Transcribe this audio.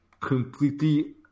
completely